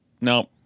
no